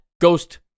ghost